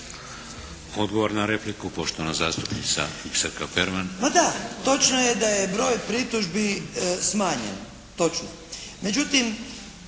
Odgovor na repliku poštovana zastupnica Biserka Perman.